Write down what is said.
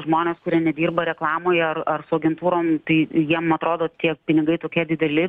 žmonės kurie nedirba reklamoje ar ar su agentūrom tai jiem atrodo tie pinigai tokie dideli